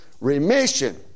remission